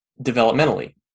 developmentally